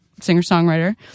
singer-songwriter